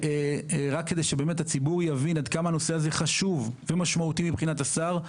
ורק כדי שהציבור יבין עד כמה הנושא הזה חשוב ומשמעותי מבחינת השר,